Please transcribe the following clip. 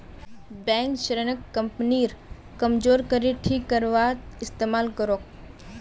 bank ऋणक कंपनीर कमजोर कड़ी ठीक करवात इस्तमाल करोक